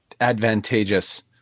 advantageous